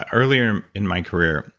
ah earlier in my career,